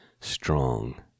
strong